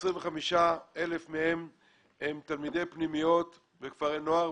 כ-25,000 מהם הם תלמידי פנימיות וכפרי נוער.